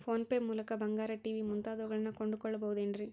Phone pay ಮೂಲಕ ಬಂಗಾರ, TV ಮುಂತಾದವುಗಳನ್ನ ಕೊಂಡು ಕೊಳ್ಳಬಹುದೇನ್ರಿ?